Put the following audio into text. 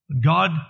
God